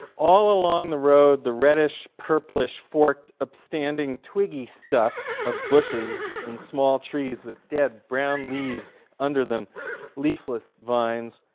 all along the road the reddish purplish, forked, upstanding, twiggy stuff of bushes and small trees with dead, brown leaves under them leafless vines